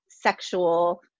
Sexual